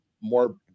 more